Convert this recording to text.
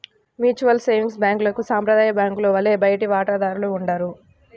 mutual savings బ్యాంక్లకు సాంప్రదాయ బ్యాంకుల వలె బయటి వాటాదారులు ఉండరు